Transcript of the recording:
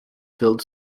filled